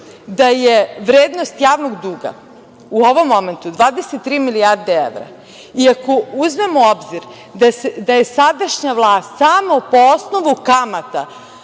da je vrednost javnog duga u ovom momentu 23 milijarde evra i ako uzmemo u obzir da je sadašnja vlast samo po osnovu kamata